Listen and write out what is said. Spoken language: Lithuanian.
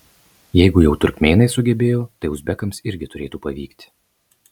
jeigu jau turkmėnai sugebėjo tai uzbekams irgi turėtų pavykti